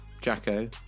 Jacko